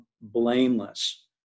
blameless